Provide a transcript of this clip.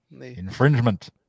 Infringement